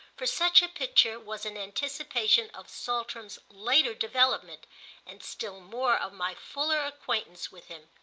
for such a picture was an anticipation of saltram's later development and still more of my fuller acquaintance with him.